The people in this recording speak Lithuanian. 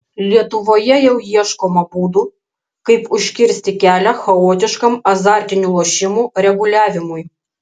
lietuvoje jau ieškoma būdų kaip užkirsti kelią chaotiškam azartinių lošimų reguliavimui